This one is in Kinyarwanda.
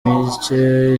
micye